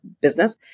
business